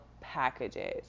packages